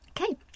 Okay